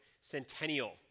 Centennial